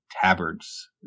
tabards